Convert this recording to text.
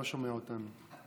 לא שומע אותנו.